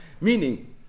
Meaning